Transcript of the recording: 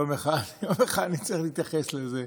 שיום אחד אני צריך להתייחס לזה.